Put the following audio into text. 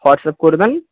WhatsApp করবেন